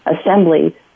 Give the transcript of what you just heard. Assembly